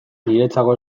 niretzako